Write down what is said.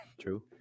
True